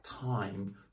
time